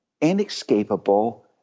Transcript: inescapable